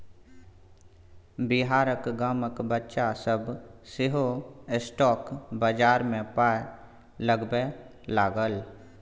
बिहारक गामक बच्चा सभ सेहो स्टॉक बजार मे पाय लगबै लागल